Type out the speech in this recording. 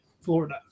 Florida